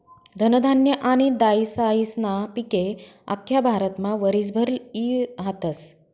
धनधान्य आनी दायीसायीस्ना पिके आख्खा भारतमा वरीसभर ई हातस